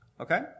okay